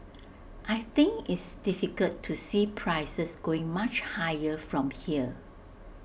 I think it's difficult to see prices going much higher from here